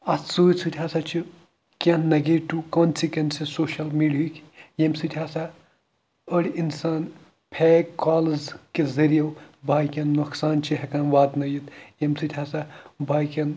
اَتھ سۭتۍ سۭتۍ ہَسا چھِ کینٛہہ نَگیٹِو کانسِکیُنسٕز سوشَل میٖڈہٕکۍ ییٚمہِ سۭتۍ ہَسا أڑۍ اِنسان پھیک کالٕز کہِ ذٔریعہِ باقٕیَن نۄقصان چھِ ہٮ۪کان واتنٲیِتھ ییٚمہِ سۭتۍ ہَسا باقٕیَن